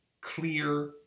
clear